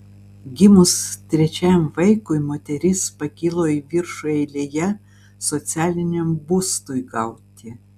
gimus trečiajam vaikui moteris pakilo į viršų eilėje socialiniam būstui gauti